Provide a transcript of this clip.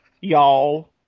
Y'all